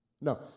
No